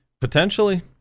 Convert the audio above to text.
Potentially